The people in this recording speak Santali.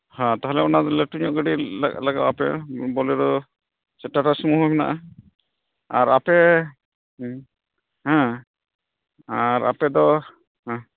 ᱦᱮᱸ ᱛᱟᱦᱚᱞᱮ ᱚᱱᱟᱫᱚ ᱞᱟᱹᱴᱩ ᱧᱚᱜ ᱜᱟᱹᱰᱤ ᱞᱟᱜᱟᱣᱟᱯᱮᱭᱟ ᱵᱳᱞᱮᱨᱳ ᱥᱮ ᱴᱟᱴᱟᱥᱚᱢᱩ ᱦᱚᱸ ᱢᱮᱱᱟᱜᱼᱟ ᱟᱨ ᱟᱯᱮ ᱦᱮᱸ ᱟᱨ ᱟᱯᱮ ᱫᱚ ᱦᱮᱸ